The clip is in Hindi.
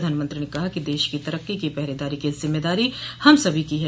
प्रधानमंत्री ने कहा कि देश की तरक्की की पहरेदारी की जिम्मेदारी हम सभी की है